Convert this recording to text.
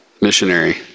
missionary